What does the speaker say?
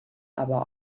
aber